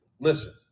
listen